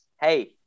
hey